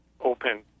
open